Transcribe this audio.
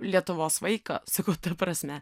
lietuvos vaiką sakau ta prasme